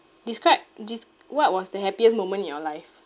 describe des~ what was the happiest moment in your life